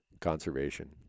conservation